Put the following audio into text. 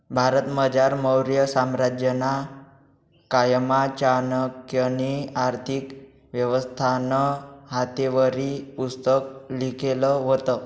भारतमझार मौर्य साम्राज्यना कायमा चाणक्यनी आर्थिक व्यवस्थानं हातेवरी पुस्तक लिखेल व्हतं